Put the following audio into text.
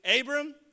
Abram